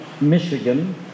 Michigan